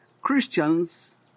Christians